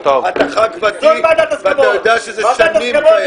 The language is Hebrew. אתה חבר כנסת ותיק ואתה יודע שזה קיים שנים.